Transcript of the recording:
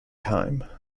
time